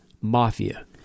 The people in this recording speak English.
mafia